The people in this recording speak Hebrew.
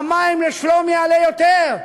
המים לשלומי יעלו יותר.